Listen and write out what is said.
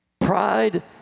Pride